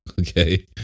Okay